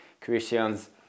Christians